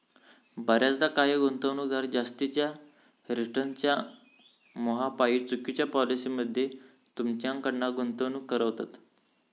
बऱ्याचदा काही गुंतवणूकदार जास्तीच्या रिटर्न्सच्या मोहापायी चुकिच्या पॉलिसी मध्ये तुमच्याकडना गुंतवणूक करवतत